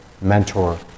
mentor